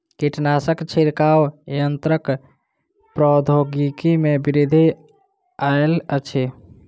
कीटनाशक छिड़काव यन्त्रक प्रौद्योगिकी में वृद्धि आयल अछि